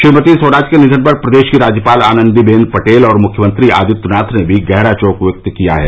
श्रीमती स्वराज के निधन पर प्रदेश की राज्यपाल आनन्दीबेन पटेल और मुख्यमंत्री आदित्यनाथ ने भी गहरा शोक व्यक्त किया है